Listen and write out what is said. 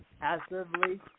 passively